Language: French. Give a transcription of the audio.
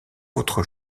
autre